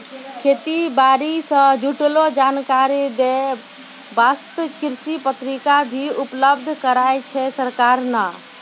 खेती बारी सॅ जुड़लो जानकारी दै वास्तॅ कृषि पत्रिका भी उपलब्ध कराय छै सरकार नॅ